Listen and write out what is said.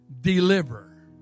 deliver